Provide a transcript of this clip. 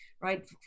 Right